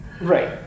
Right